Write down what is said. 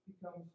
becomes